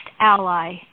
ally